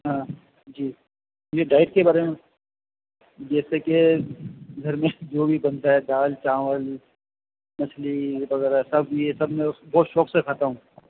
ہاں جی مجھے ڈائٹ کے بارے میں جیسے کہ گھر میں جو بھی بنتا ہے دال چاول مچھلی وغیرہ سب یہ سب میں اس بہت شوق سے کھاتا ہوں